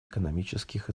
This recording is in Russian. экономических